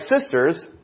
sisters